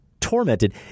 tormented